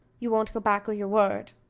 you won't go back o' your word?